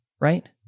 right